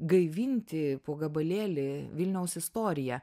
gaivinti po gabalėlį vilniaus istoriją